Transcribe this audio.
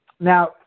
Now